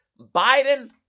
Biden